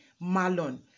Malon